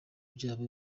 byabo